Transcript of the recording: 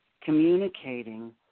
communicating